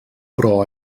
però